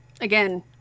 again